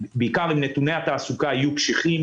בעיקר אם נתוני התעסוקה יהיו קשיחים